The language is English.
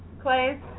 clays